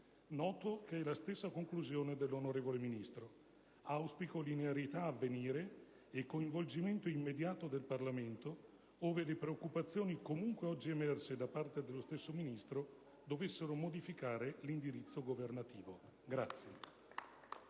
Noto che è la stessa conclusione dell'onorevole Ministro. Auspico linearità a venire e coinvolgimento immediato del Parlamento, ove le preoccupazioni comunque oggi emerse nell'intervento del Ministro dovessero modificare l'indirizzo governativo.